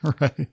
Right